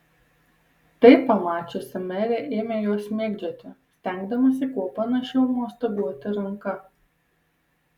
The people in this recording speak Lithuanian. tai pamačiusi merė ėmė juos mėgdžioti stengdamasi kuo panašiau mostaguoti ranka